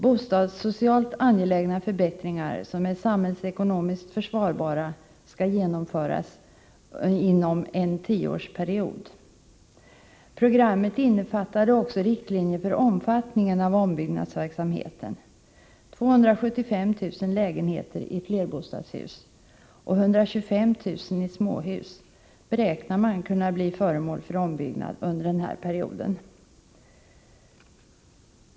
Bostadssocialt angelägna förbättringar som är samhällsekonomiskt försvarbara skall genomföras inom en tioårsperiod. Programmet innefattade också riktlinjer för omfattningen av ombyggnadsverksamheten. 275 000 lägenhe ter i flerbostadshus och 125 000 i småhus räknar man med kan bli föremål för ombyggnad under den här perioden.